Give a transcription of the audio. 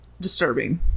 Disturbing